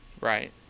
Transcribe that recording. Right